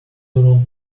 دروغ